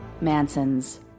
Manson's